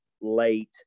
late